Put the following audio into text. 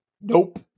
Nope